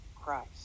Christ